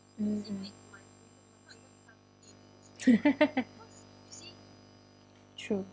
mm mm true